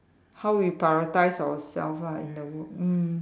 how we prioritise ourself ah in that w~ mm